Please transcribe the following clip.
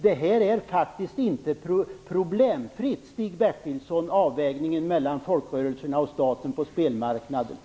Avvägningen mellan folkrörelserna och staten när det gäller spelmarknaden är faktiskt inte problemfri, Stig Bertilsson.